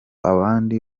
abandi